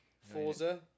Forza